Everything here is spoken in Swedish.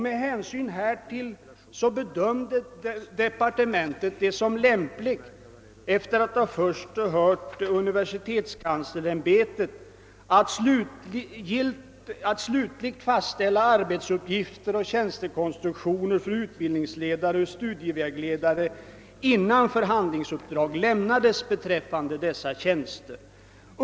Med hänsyn härtill bedömde departementet det som lämpligt — efter att först ha hört universitetskanslersämbetet — att slutligt fastställa arbetsuppgifter och tjänstekonstruktioner för utbildningsledare och studievägledare innan förhandlingsuppdrag lämnades beträffande dessa tjänster.